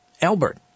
Albert